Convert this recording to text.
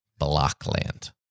Blockland